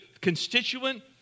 constituent